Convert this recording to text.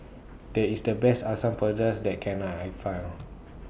This IS The Best Asam Pedas that Can I I Find